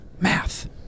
Math